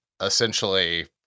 essentially